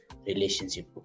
relationship